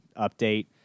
update